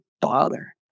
bother